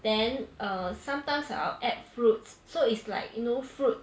then err sometimes I'll add fruits so it's like you know fruit